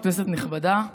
נכבדה,